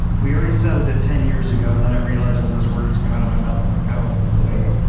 we already settled it ten years ago, and then i realize when those words come out of my mouth i'm like, oh, wait.